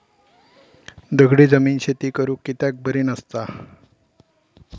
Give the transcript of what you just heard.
दगडी जमीन शेती करुक कित्याक बरी नसता?